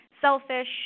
selfish